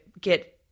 get